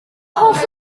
hoff